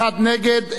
אחד נגד,